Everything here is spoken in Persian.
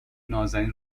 نازنین